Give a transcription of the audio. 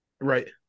Right